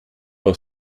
are